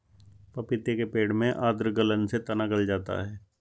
पपीते के पेड़ में आद्र गलन से तना गल जाता है